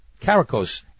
Caracos